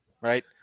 right